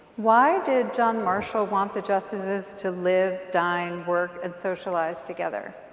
why did john marshall want the justices to live, dine, work, and socialize together?